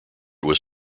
was